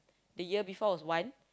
the year before was one